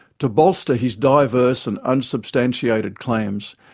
to bolster his diverse and unsubstantiated claims,